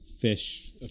fish